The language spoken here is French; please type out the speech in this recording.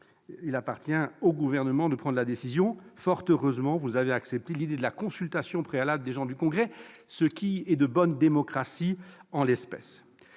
il appartient au Gouvernement de prendre la décision. Fort heureusement, vous avez accepté l'idée de la consultation préalable du congrès, ce qui est de bonne démocratie.